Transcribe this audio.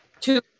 two